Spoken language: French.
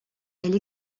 elle